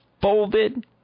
folded